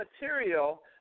material